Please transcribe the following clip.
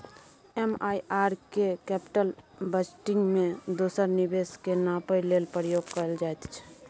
MIRR केँ capital budgeting मे दोसर निबेश केँ नापय लेल प्रयोग कएल जाइत छै